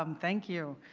um thank you.